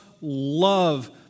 love